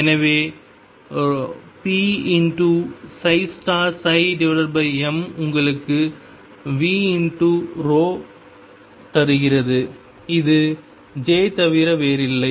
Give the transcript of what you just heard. எனவே pm உங்களுக்குv×ρ gives தருகிறது இது j ஐத் தவிர வேறில்லை